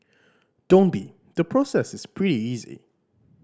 don't be the process is pretty easy